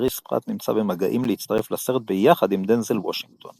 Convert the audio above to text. פראט נמצא במגעים להצטרף לסרט ביחד עם דנזל וושינגטון.